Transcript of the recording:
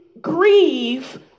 grieve